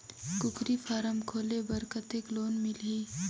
कूकरी फारम खोले बर कतेक लोन मिलही?